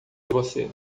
você